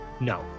No